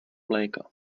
mléka